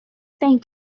thank